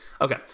Okay